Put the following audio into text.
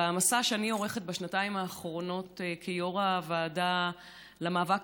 במסע שאני עורכת בשנתיים האחרונות כיו"ר הוועדה למאבק